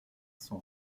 son